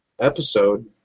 episode